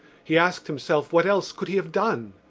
he asked himself what else could he have done.